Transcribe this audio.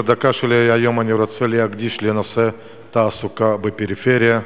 את הדקה שלי היום אני רוצה להקדיש לנושא תעסוקה בפריפריה,